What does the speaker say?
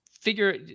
figure